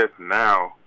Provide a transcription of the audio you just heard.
now